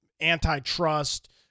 antitrust